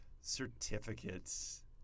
certificates